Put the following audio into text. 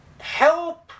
Help